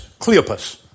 Cleopas